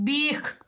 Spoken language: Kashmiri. بیٖکھ